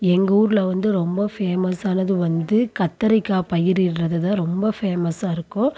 எங்கள் ஊரில் வந்து ரொம்ப ஃபேமஸானது வந்து கத்தரிக்காய் பயிரிடுறது தான் ரொம்ப ஃபேமஸாக இருக்கும்